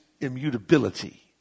immutability